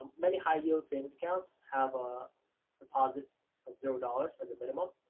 many high-yield savings accounts have a deposit of zero dollars as a minimum,